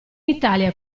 italia